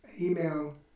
email